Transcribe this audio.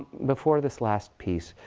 before this last piece,